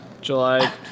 July